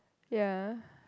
yeah